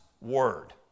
Word